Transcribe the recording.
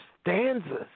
stanzas